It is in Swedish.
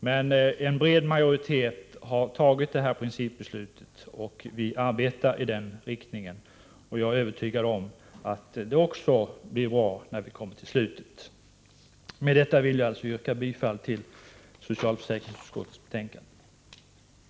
Men en bred majoritet har tagit detta principbeslut, och vi arbetar i den riktningen. Jag är övertygad om att det blir bra när vi kommer till slutet. Med detta vill jag yrka bifall till hemställan i socialförsäkringsutskottets betänkande 3.